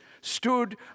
stood